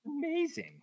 Amazing